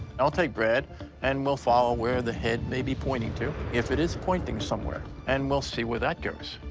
i'll take brad and we'll follow where the head may be pointing to, if it is pointing somewhere, and we'll see where that goes.